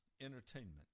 entertainment